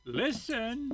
listen